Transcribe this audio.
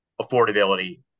affordability